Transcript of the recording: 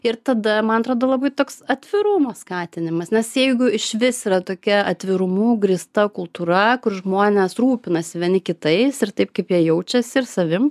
ir tada man atrodo labai toks atvirumo skatinimas nes jeigu išvis yra tokia atvirumu grįsta kultūra kur žmonės rūpinasi vieni kitais ir taip kaip jie jaučiasi ir savim